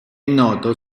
noto